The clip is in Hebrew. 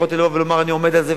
יכולתי לבוא ולומר שאני עומד על זה,